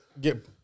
get